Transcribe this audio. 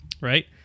right